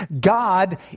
God